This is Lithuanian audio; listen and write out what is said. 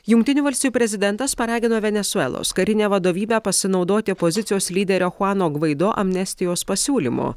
jungtinių valstijų prezidentas paragino venesuelos karinę vadovybę pasinaudoti opozicijos lyderio chuano gvaido amnestijos pasiūlymo